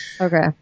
Okay